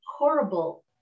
Horrible